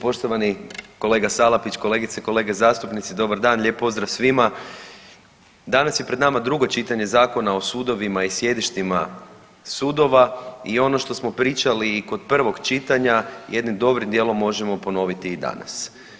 Poštovani kolega Salapić, kolegice i kolege zastupnici dobar dan, lijep pozdrav svima, danas je pred nama drugo čitanje Zakona o sudovima i sjedištima sudova i ono što smo pričali i kod prvog čitanja jednim dobrim dijelom možemo ponoviti i danas.